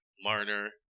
Marner